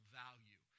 value